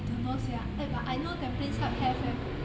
I don't know sia eh but I know tampines hub have eh